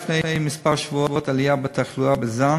עלייה בתחלואה בזן